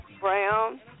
Brown